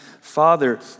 Father